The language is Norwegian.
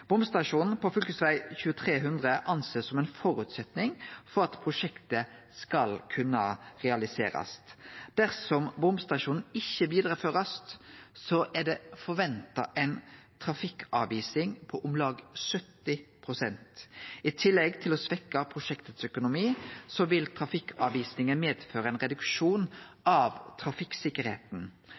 Bomstasjonen på fv. 2300 blir sett på som ein føresetnad for at prosjektet skal kunne realiserast. Dersom bomstasjonen ikkje blir vidareført, er det forventa ei trafikkavvising på om lag 70 pst. I tillegg til å svekkje økonomien i prosjektet vil trafikkavvisinga medføre ein reduksjon av trafikksikkerheita.